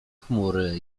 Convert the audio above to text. chmury